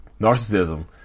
narcissism